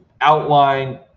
outline